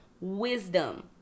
Wisdom